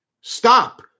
Stop